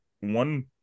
one